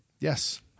Yes